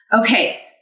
Okay